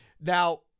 Now